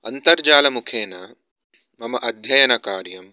अन्तर्जालमुखेन मम अध्ययनकार्यं